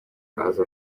aza